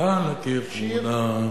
"על הקיר תמונה".